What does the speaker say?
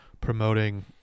promoting